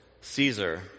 Caesar